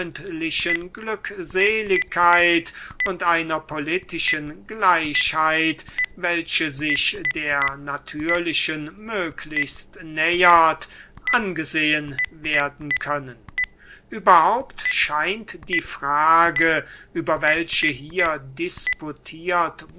und einer politischen gleichheit welche sich der natürlichen möglichst nähert angesehen werden können unsrer übrigens ganz unmaßgeblichen meinung nach gehört die frage über welche hier